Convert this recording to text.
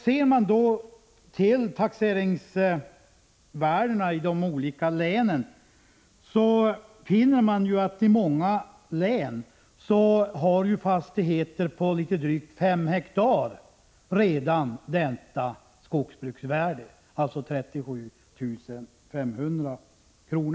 Ser man då till taxeringsvärdena i de olika länen, finner man att fastigheter på litet drygt 5 hektar i många län redan har detta skogsbruksvärde, alltså 37 500 kr.